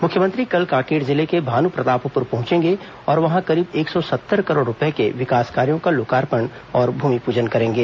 मुख्यमंत्री कल कांकेर जिले के भानुप्रतापपुर पहुंचेंगे और वहां करीब एक सौ सत्तर करोड़ रूपए के विकास कार्यों का लोकार्पण और भूमिपूजन करेंगे